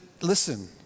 listen